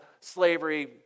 slavery